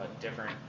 Different